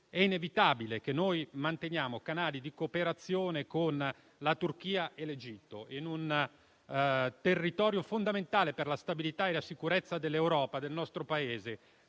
è inevitabile mantenere canali di cooperazione con la Turchia e l'Egitto; un territorio fondamentale per la stabilità e la sicurezza dell'Europa e del nostro Paese,